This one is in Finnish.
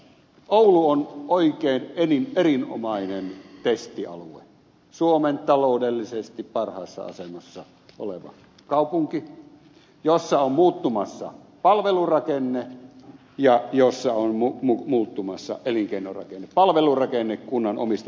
oulu on oikein erinomainen testialue suomen taloudellisesti parhaassa asemassa oleva kaupunki jossa on muuttumassa palvelurakenne ja jossa on muuttumassa elinkeinorakenne palvelurakenne kunnan omista tahdoista riippuen